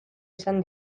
izan